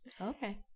Okay